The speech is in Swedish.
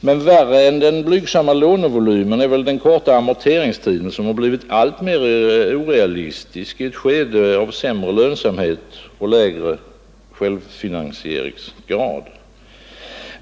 Men värre än den blygsamma lånevolymen är väl den korta amorteringstid som blivit alltmer orealistisk i ett skede av sämre lönsamhet och lägre självfinansieringsgrad.